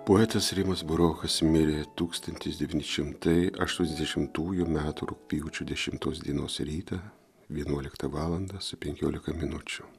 poetas rimas burokas mirė tūkstantis devyni šimtai aštuoniasdešimtųjų metų rugpjūčio dešimtos dienos ryte vienuoliktą valandą su penkiolika minučių